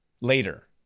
later